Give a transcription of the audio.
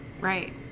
Right